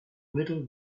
middle